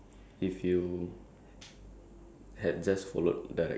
K next my one is what incident could you have